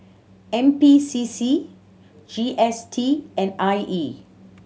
N P C C G S T and I E